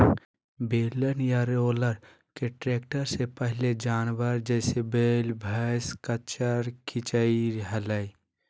बेलन या रोलर के ट्रैक्टर से पहले जानवर, जैसे वैल, भैंसा, खच्चर खीचई हलई